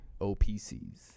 OPCs